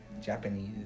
Japanese